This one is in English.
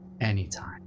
Anytime